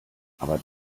aber